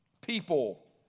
people